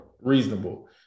reasonable